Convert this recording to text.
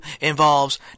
involves